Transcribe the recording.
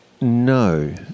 No